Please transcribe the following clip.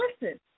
listen